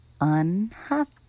unhappy